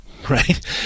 right